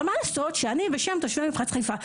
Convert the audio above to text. אבל מה לעשות שאני בשם תושבי מפרץ חיפה,